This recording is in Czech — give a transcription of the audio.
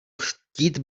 chtít